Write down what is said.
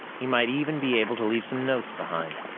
he might even be able to leave some notes behind.